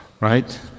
right